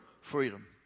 freedom